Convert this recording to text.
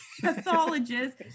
pathologist